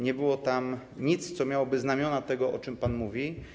Nie było tam nic, co miałoby znamiona tego, o czym pan mówi.